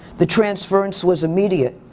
the transference was immediate.